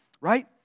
right